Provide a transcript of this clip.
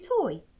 toy